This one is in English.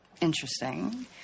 interesting